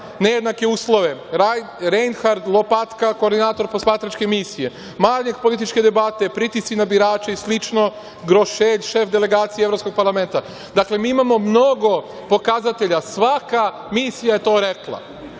nejednake uslove – Rejnhard Lopatka, koordinator posmatračke misije. Manjak političke debate, pritisci na birače i slično – Groše, šef delegacije Evropskog parlamenta. Dakle, imamo mnogo pokazatelja. Svaka misija je to rekla. To